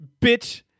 Bitch